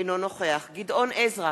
אינו נוכח גדעון עזרא,